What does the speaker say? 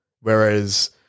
Whereas